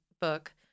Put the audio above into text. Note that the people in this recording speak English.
book